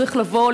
צריך לבוא,